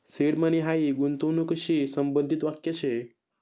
seed money हायी गूंतवणूकशी संबंधित वाक्य शे